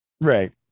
Right